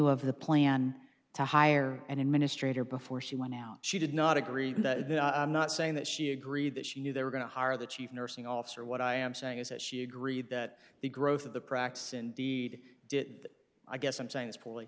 of the plan to hire an administrator before she went out she did not agree i'm not saying that she agreed that she knew they were going to hire the chief nursing officer what i am saying is that she agreed that the growth of the practice indeed did i guess i'm saying it's probably